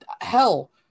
hell